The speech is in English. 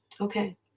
Okay